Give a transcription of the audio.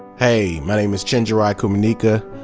hey, my name is chenjerai kumanyika.